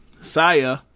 Saya